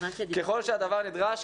ככל שהדבר נדרש,